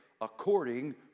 according